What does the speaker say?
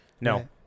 No